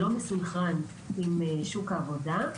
שלא מסונכרן עם שוק העבודה,